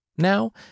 Now